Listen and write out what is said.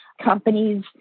Companies